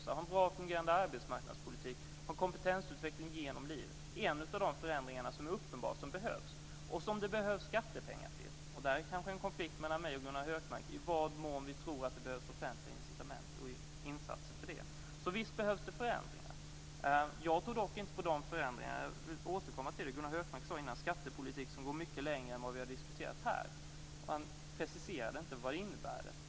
Det handlar om att ha en bra fungerande arbetsmarknadspolitik och en kompetensutveckling genom livet. Det är en av de förändringar som uppenbart behövs. Och det behövs skattepengar till den. Där är det kanske en konflikt mellan mig och Gunnar Hökmark när det gäller i vad mån vi tror att det behövs offentliga incitament och insatser för detta. Så visst behövs det förändringar. Jag tror dock inte på de här förändringarna. Jag vill återkomma till det som Gunnar Hökmark sade innan om en skattepolitik som går mycket längre än vad vi har diskuterat här. Han preciserade inte vad det innebär.